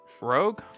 Rogue